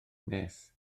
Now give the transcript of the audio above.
nes